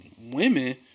women